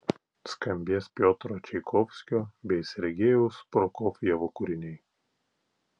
skambės piotro čaikovskio bei sergejaus prokofjevo kūriniai